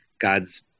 God's